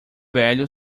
velho